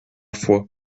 foi